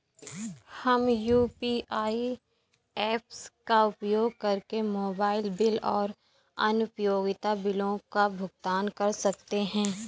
हम UPI apps का उपयोग करके मोबाइल बिल और अन्य उपयोगिता बिलों का भुगतान कर सकते हैं